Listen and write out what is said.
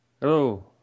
Hello